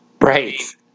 Right